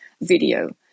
video